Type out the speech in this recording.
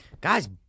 Guys